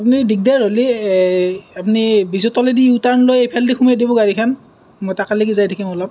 আপুনি দিগদাৰ হ'লে আপুনি ব্ৰিজৰ তলেদি টাৰ্ণ লৈ এইফালেদি সোমাই দিব গাড়ীখন মই তালৈকে যাই থাকিম অলপ